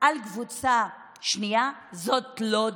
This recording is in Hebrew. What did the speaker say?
על פני קבוצה שנייה זאת לא דמוקרטיה,